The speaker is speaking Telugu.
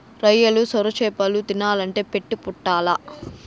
రొయ్యలు, సొరచేపలు తినాలంటే పెట్టి పుట్టాల్ల